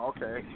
Okay